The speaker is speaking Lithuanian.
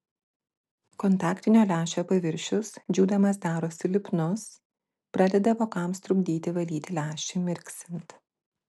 kontaktinio lęšio paviršius džiūdamas darosi lipnus pradeda vokams trukdyti valyti lęšį mirksint